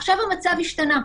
עכשיו המצב השתנה.